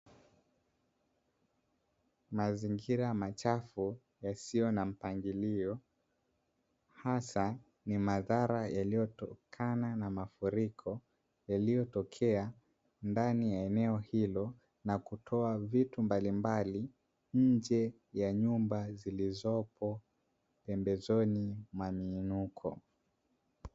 Mazingira machafu yasiyo na mpangilio hasa ni madhara yaliyotokana na mafuriko yaliyotokea ndani ya eneo hilo, na kutoa vitu mbalimbali nje ya nyumba zilizopo pembezoni mwa miinuko.